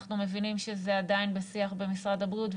אנחנו מבינים שזה עדיין בשיח במשרד הבריאות,